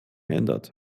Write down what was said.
ändert